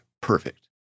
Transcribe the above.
perfect